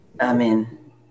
Amen